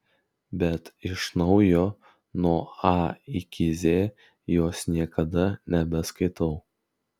bet iš naujo nuo a iki z jos niekada nebeskaitau